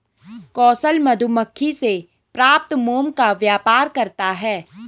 कौशल मधुमक्खी से प्राप्त मोम का व्यापार करता है